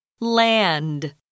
land